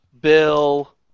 Bill